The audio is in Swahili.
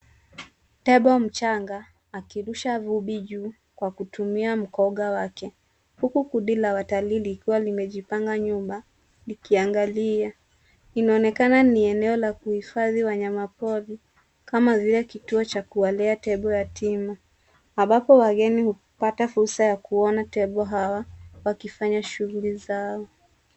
Tembo mchanga akirusha vumbi juu kwa kutumia mkonga wake huku kundi la watalii likiwa limejipanga nyuma likiangalia. Inaonekana ni eneo la kuhifadhi wanyamapori kama vile kituo cha kuwalea tembo yatima ambapo wageni hupata fursa ya kuona tembo hawa wakifanya shughuli zao.